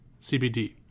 CBD